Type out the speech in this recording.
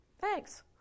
thanks